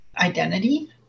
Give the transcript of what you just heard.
identity